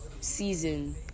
season